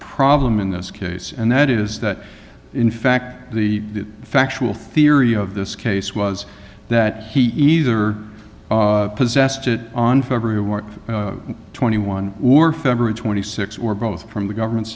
problem in this case and that is that in fact the factual theory of this case was that he either possessed it on february worked for twenty one or february twenty six or both from the government